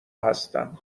هستم